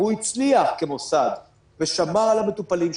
והוא הצליח כמוסד ושמר על המטופלים שלו,